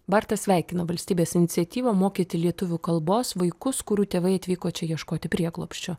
bartas sveikino valstybės iniciatyvą mokyti lietuvių kalbos vaikus kurių tėvai atvyko čia ieškoti prieglobsčio